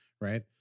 right